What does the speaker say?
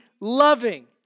loving